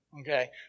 Okay